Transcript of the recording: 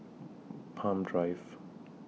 Palm Drive